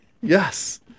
Yes